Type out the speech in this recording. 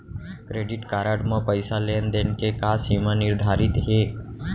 Credit card म पइसा लेन देन के का सीमा निर्धारित हे?